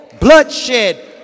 bloodshed